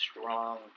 strong